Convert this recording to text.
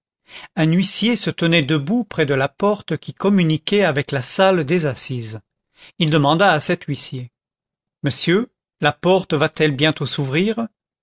un huissier se tenait debout près de la porte qui communiquait avec la salle des assises il demanda à cet huissier monsieur la porte va-t-elle bientôt s'ouvrir